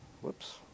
Whoops